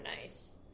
nice